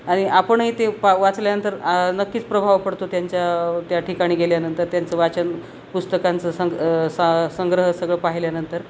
आणि आपणही ते पा वाचल्यानंतर नक्कीच प्रभाव पडतो त्यांच्या त्या ठिकाणी गेल्यानंतर त्यांचं वाचन पुस्तकांचं संग सा संग्रह सगळं पाहिल्यानंतर